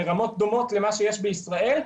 מרמות דומות למה שיש בישראל,